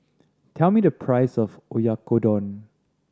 tell me the price of Oyakodon